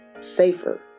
safer